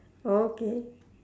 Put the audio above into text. orh okay